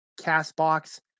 CastBox